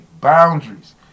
Boundaries